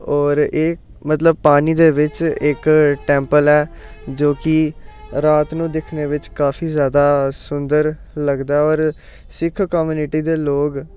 होर एह् मतलब पानी दे बिच्च इक टैंपल ऐ जो कि रात नू दिक्खनै बिच्च काफी जैदा सुंदर लगदा होर सिक्ख कम्निटी दे लोक